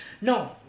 No